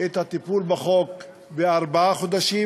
את הטיפול בחוק בארבעה חודשים.